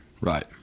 Right